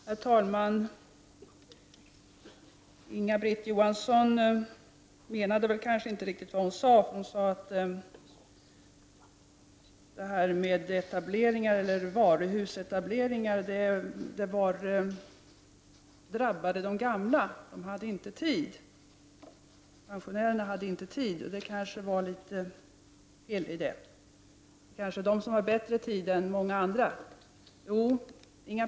Herr talman! Inga-Britt Johansson menade väl inte riktigt vad hon sade när hon framhöll att varuhusetableringar drabbar ensamstående och pensionärer, som inte har tid. Det är förstås fel. De har kanske mer tid än många andra.